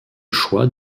choix